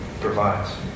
Provides